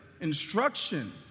instruction